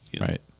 Right